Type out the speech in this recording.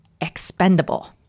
expendable